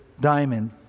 diamond